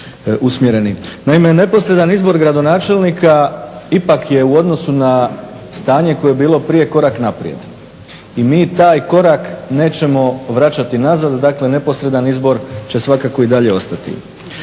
Naime, neposredan izbor gradonačelnika ipak je u odnosu na stanje koje je bilo prije korak naprijed i mi taj korak nećemo vraćati nazad. Dakle, neposredan izbor će svakako i dalje ostati.